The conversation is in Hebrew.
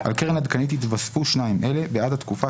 על קרן עדכנית יתווספו שניים אלה בעד התקופה